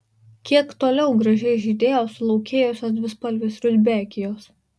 kiek toliau gražiai žydėjo sulaukėjusios dvispalvės rudbekijos